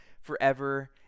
forever